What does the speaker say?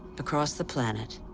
across the planet,